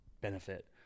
benefit